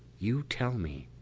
you tell me.